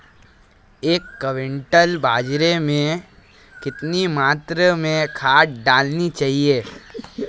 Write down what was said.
एक क्विंटल बाजरे में कितनी मात्रा में खाद डालनी चाहिए?